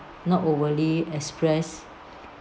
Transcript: not overly expressed